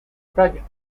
project